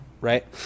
right